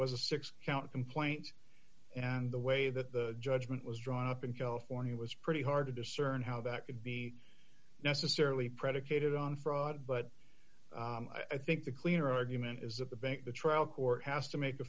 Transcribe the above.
was a six count complaint and the way that the judgment was drawn up in california was pretty hard to discern how that could be necessarily predicated on fraud but i think the clear argument is that the bank the trial court has to make